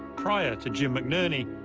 prior to jim mcnerney,